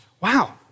Wow